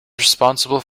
responsible